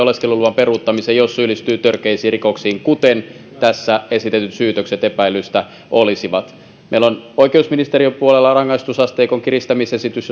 oleskeluluvan peruuttamisen jos syyllistyy törkeisiin rikoksiin kuten tässä esitetyt syytökset epäillyistä olisivat meillä on oikeusministeriön puolella rangaistusasteikon kiristämisesitys